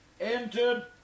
entered